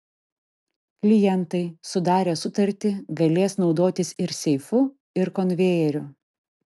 klientai sudarę sutartį galės naudotis ir seifu ir konvejeriu